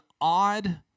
odd